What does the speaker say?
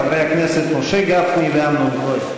חברי הכנסת משה גפני ואמנון כהן.